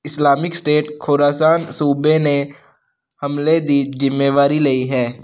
Islamic State Khorasan ਸੂਬੇ ਨੇ ਹਮਲੇ ਦੀ ਜ਼ਿੰਮੇਵਾਰੀ ਲਈ ਹੈ